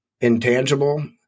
intangible